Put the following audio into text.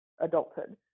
adulthood